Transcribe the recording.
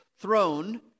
throne